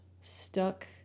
stuck